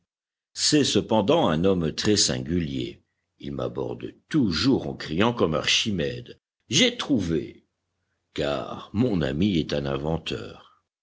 c'est cependant un homme très singulier il m'aborde toujours en criant comme archimède j'ai trouvé car mon ami est un inventeur